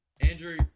Andrew